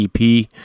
EP